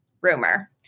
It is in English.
rumor